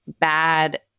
bad